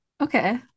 Okay